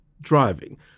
driving